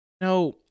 no